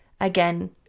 again